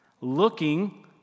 Looking